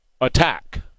attack